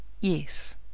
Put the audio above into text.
yes